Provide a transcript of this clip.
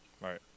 Right